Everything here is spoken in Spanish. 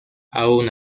aun